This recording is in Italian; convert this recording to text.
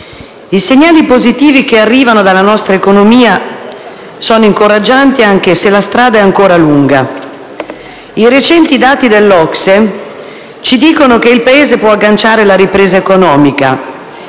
i segnali positivi che arrivano dalla nostra economia sono incoraggianti anche se la strada è ancora lunga. I recenti dati dell'OCSE ci dicono che il nostro Paese può agganciare la ripresa economica: